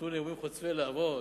שנתנו נאומים חוצבי להבות,